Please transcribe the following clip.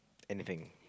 anything